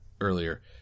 earlier